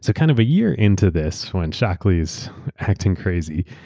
so kind of a year into this when shockley is acting crazy,